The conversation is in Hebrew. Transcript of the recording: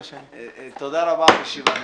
תודה רבה, הישיבה נעולה.